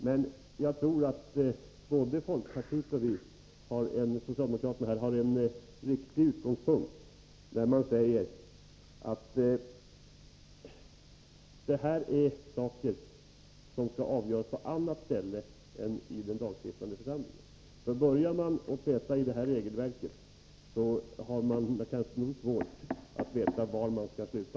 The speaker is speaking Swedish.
Men jag tror att både folkpartiet och socialdemokraterna har en riktig utgångspunkt när de säger att det här är saker som skall avgöras på annat ställe än i den lagstiftande församlingen. Börjar man peta i detta regelverk är det sedan svårt att veta var man skall sluta.